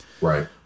Right